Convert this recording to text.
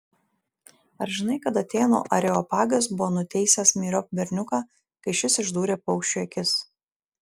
ar žinai kad atėnų areopagas buvo nuteisęs myriop berniuką kai šis išdūrė paukščiui akis